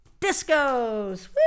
discos